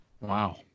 Wow